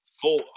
full